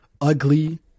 ugly